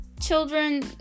children